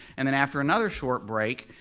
and then after another short break,